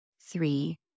three